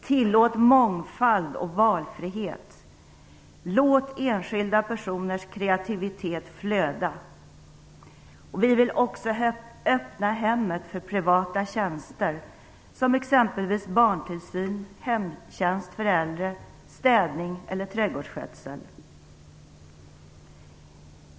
Tillåt mångfald och valfrihet, låt enskilda personers kreativitet flöda! Vi vill också öppna hemmet för privata tjänster, som exempelvis barntillsyn, hemtjänst för äldre, städning eller trädgårdsskötsel.